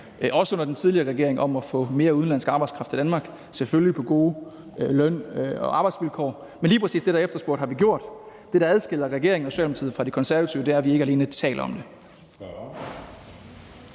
også under den tidligere regering, om at få mere udenlandsk arbejdskraft til Danmark, selvfølgelig på gode løn- og arbejdsvilkår. Men lige præcis det, der er efterspurgt, har vi gjort, og det, der adskiller regeringen og Socialdemokratiet fra De Konservative, er, at vi ikke alene taler om det.